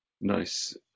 nice